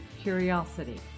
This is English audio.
curiosity